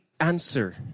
answer